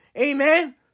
Amen